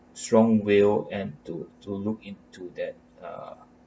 strong willed and to to look into that uh